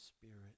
spirit